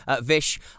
Vish